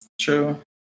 True